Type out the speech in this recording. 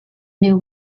new